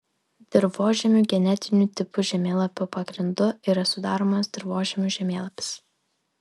dirvožemių genetinių tipų žemėlapio pagrindu yra sudaromas dirvožemių žemėlapis